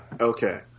Okay